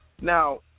Now